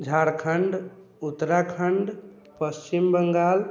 Jharkhand Uttarakhand Paschim Bengal